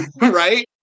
Right